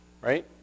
right